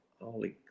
holy